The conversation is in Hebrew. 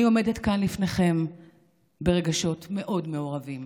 אני עומדת כאן לפניכם ברגשות מאוד מעורבים.